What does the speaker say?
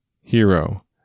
Hero